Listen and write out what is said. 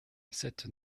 cette